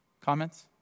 Comments